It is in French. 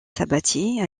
sabatier